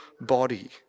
body